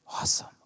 Awesome